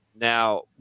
Now